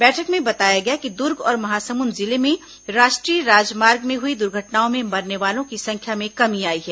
बैठक में बताया गया कि दुर्ग और महासमुंद जिले में राष्ट्रीय राजमार्ग में हुई दुर्घटनाओं में मरने वालों की संख्या में कमी आई है